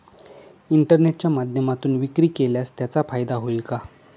इंटरनेटच्या माध्यमातून विक्री केल्यास त्याचा फायदा होईल का?